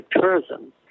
tourism